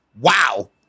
Wow